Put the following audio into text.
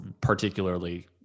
particularly